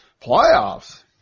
Playoffs